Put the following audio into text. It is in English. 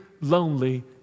lonely